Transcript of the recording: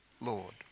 Lord